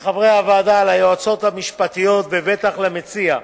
לחברי הוועדה, ליועצות המשפטיות, ובטח למציע,